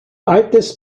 altes